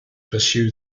pursue